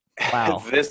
Wow